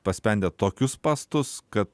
paspendę tokius spąstus kad